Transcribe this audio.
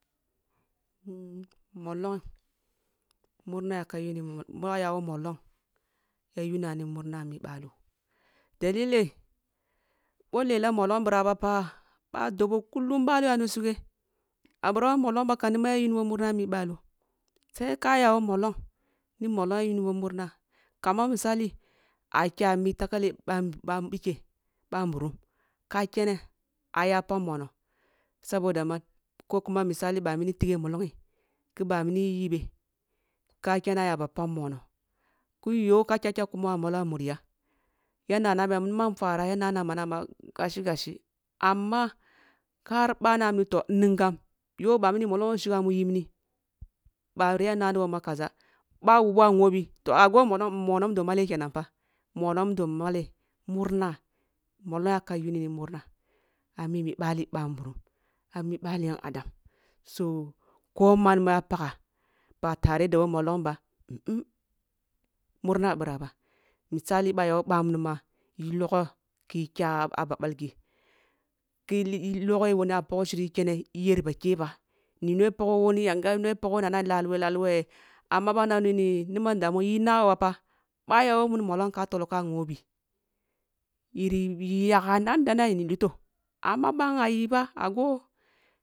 mollong murna yaka yuni mo ъoh aya woh mollong ya yuna ni muma ami bulo dalile boh lela mollong bira ba fa ban dobo kullum ъalo yani sugeh abira woh mollong ba kam niman ya yuni bo murna ami ъalo sai ka ya wo mollong ni mollong ya yuni boh murna kaman misali akya mi takale bam- bambike banburum ka kene aya pag mono soboda man ko kuma misali ъah mun tighe molong ki bah mini yibe ka kya na aya ba pag mono ki yo ka kya kya kumo ah maloh ah muri ya ya nana ma ni man fara ya nana ma na ma gahsi gashi amma kar ъa nami ma nningham yoh ъh mini mollong ho shigha mu yibni ban ya nani boh ma ni kaza ba ah wuboh ah ngho bi toh ago mollon mono mudo malleu kenan fa mono mudo mallen murna mollong yaka yunini murna ammi bali ъahnburum ami bali yan adam toh koh an mah pagha ba tare da woh mollon ba murna bira ba misali ъa aya woh ъmun ma yi logho ki kya ah ba balghi ki i loghe wuni a pagho shiri kene iyer ba keh ba ni logho pagni woni yanga ni no pagho nana laluwe laluwe ama ъah na wuni ni niman damuwo yi na bo ba pha ba aya woh mun mollong ka tolloh ka ngho bi yiri yagha nan da nan ni yi lutoh ama ъa nghyi ba ago